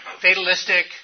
fatalistic